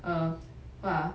err what ah